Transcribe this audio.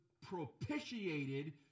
propitiated